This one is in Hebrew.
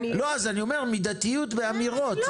--- לא, אני אומר: מידתיות באמירות.